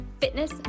fitness